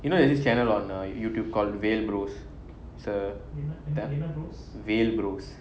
you know there's this channel on youtube called whale bros vel bros